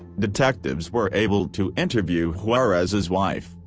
detectives were able to interview juarez's wife,